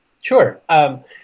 Sure